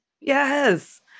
yes